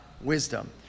Wisdom